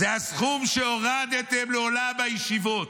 הכסף שהולך --- זה הסכום שהורדתם מעולם הישיבות.